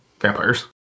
vampires